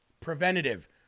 Preventative